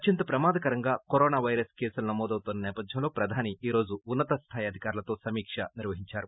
అత్యంత ప్రమాదకరంగా corona virus కేసులు నమోదవుతోన్న నేపధ్యంలో ప్రధాని ఈరోజు ఉన్న తస్లాయి అధికారులతో సమీక్ష నిర్వహించారు